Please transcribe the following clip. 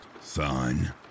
son